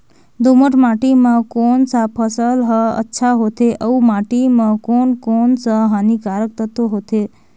दोमट माटी मां कोन सा फसल ह अच्छा होथे अउर माटी म कोन कोन स हानिकारक तत्व होथे?